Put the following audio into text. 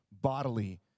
Bodily